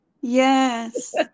Yes